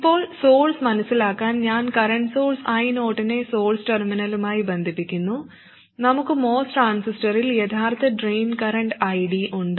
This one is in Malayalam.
ഇപ്പോൾ സോഴ്സ് മനസിലാക്കാൻ ഞാൻ കറന്റ് സോഴ്സ് I0 നെ സോഴ്സ് ടെർമിനലുമായി ബന്ധിപ്പിക്കുന്നു നമുക്ക് MOS ട്രാൻസിസ്റ്ററിൽ യഥാർത്ഥ ഡ്രെയിൻ കറന്റ് ID ഉണ്ട്